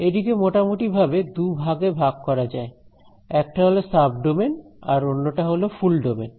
এটিকে মোটামুটি ভাবে দুভাগে ভাগ করা যায় একটা হল সাব ডোমেন আর অন্যটা হল ফুল ডোমেন